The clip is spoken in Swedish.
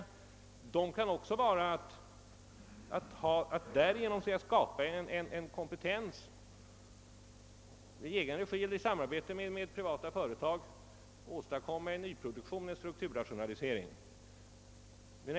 Syftet kan också vara att genom företag i egen regi eller i samband med privata företag påverka utvecklingen inom en särskild bransch.